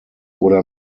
oder